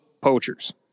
poachers